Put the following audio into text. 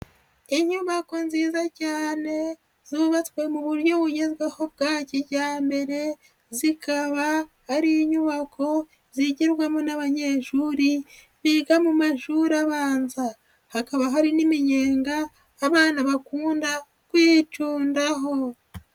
Inyubako nziza cyane zubatswe mu buryo bugezweho bwa kijyambere, zikaba ari inyubako zigirwamo n'abanyeshuri biga mu mashuri abanza, hakaba hari n'iminyenga abana bakunda kwicundaho.